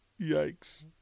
Yikes